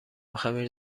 خمیر